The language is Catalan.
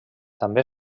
també